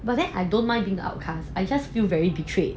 but then I don't minding being outcast I just feel very betrayed